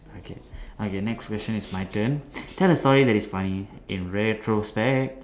okay okay next question is my turn tell a story that is funny in retrospect